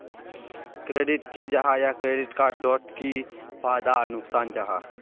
Credit की जाहा या क्रेडिट कार्ड डोट की फायदा आर नुकसान जाहा?